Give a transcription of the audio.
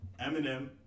Eminem